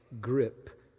grip